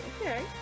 Okay